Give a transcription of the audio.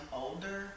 older